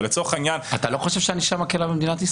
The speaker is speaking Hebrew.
אתה לא חושב שהענישה מקלה במדינת ישראל?